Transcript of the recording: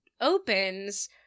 opens